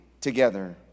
together